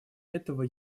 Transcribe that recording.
этого